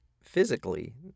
physically